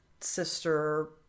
sister